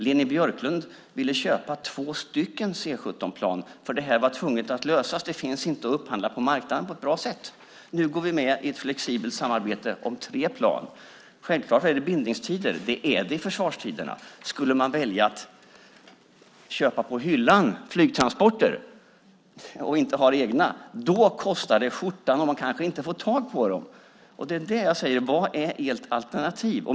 Leni Björklund ville köpa två C 17-plan eftersom man var tvungen att lösa frågan. Det fanns inte att upphandla på marknaden på ett bra sätt. Nu går vi med i ett flexibelt samarbete om tre plan. Självklart är det bindningstider. Det är det i försvarsfrågorna. Skulle man välja att köpa flygtransporter på hyllan och inte ha egna plan kostar det skjortan, och man kanske inte får tag på dem. Vad är ert alternativ?